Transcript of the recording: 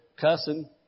cussing